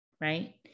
right